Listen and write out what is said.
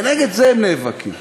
ונגד זה הם נאבקים,